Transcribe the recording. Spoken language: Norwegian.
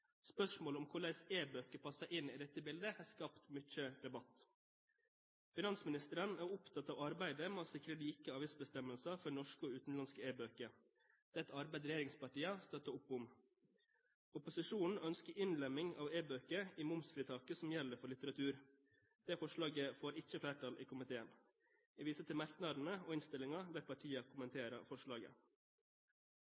Spørsmålet om hvordan e-bøker passer inn i dette bildet, har skapt mye debatt. Finansministeren er opptatt av arbeidet med å sikre like avgiftsbestemmelser for norske og utenlandske e-bøker. Det er et arbeid regjeringspartiene støtter opp om. Opposisjonen ønsker innlemming av e-bøker i momsfritaket som gjelder for litteratur. Det forslaget får ikke flertall i komiteen. Jeg viser til merknadene og innstillingen der